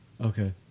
Okay